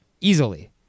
easily